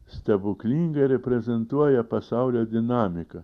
stebuklingai reprezentuoja pasaulio dinamiką